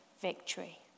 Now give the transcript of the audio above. victory